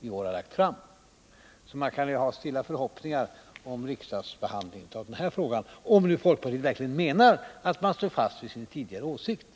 i år har fört fram. Man kan ju ha stilla förhoppningar om riksdagens behandling av den här frågan, om nu folkpartiet verkligen menar att man i princip står fast vid sin tidigare åsikt.